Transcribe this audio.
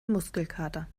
muskelkater